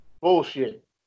Bullshit